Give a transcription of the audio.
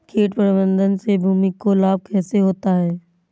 कीट प्रबंधन से भूमि को लाभ कैसे होता है?